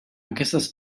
aquestes